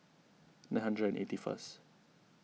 nine hundred and eighty first